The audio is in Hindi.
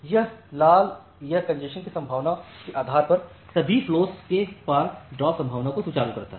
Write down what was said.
यह लाल यह कॅन्जेशन की संभावना के आधार पर सभी फ्लोस के पार ड्रॉप संभावना को सुचारू करता है